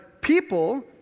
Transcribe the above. people